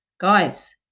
guys